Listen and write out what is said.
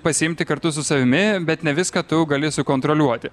pasiimti kartu su savimi bet ne viską tu gali sukontroliuoti